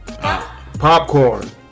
Popcorn